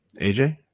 AJ